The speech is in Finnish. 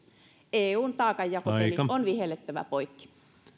eun taakanjakopeli on vihellettävä poikki